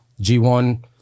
G1